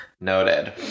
Noted